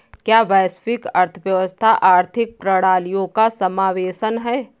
क्या वैश्विक अर्थव्यवस्था आर्थिक प्रणालियों का समावेशन है?